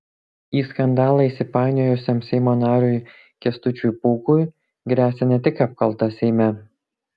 į skandalą įsipainiojusiam seimo nariui kęstučiui pūkui gresia ne tik apkalta seime